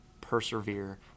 persevere